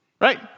Right